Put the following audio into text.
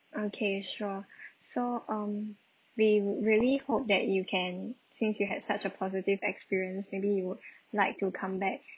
okay sure so um we really hope that you can since you had such a positive experience maybe you would like to come back